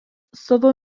savo